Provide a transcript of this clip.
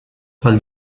pel